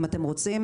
אם אתם רוצים,